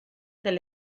del